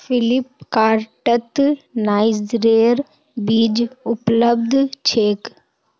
फ्लिपकार्टत नाइजरेर बीज उपलब्ध छेक